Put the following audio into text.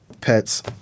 pets